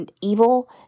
evil